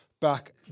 back